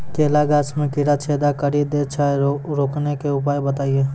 केला गाछ मे कीड़ा छेदा कड़ी दे छ रोकने के उपाय बताइए?